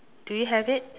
do you have it